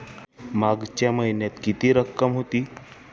मागच्या महिन्यात किती रक्कम होती?